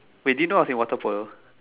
wait you didn't know I was in water polo